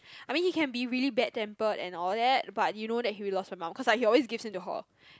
I mean he can be really bad tempered and all that but you know that he really loves her mum cause like he always give in to her